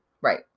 Right